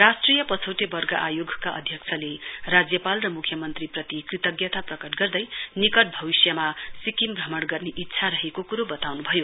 राष्ट्रिय पछौटे वर्ग आयोगका अध्यक्षले राज्यपाल र मुख्यमन्त्रीप्ति कृतज्ञता प्रकट गर्दै निकट भविष्यमा सिक्किम भ्रमण गर्ने इच्छा रहेको कुरो बताउनुभयो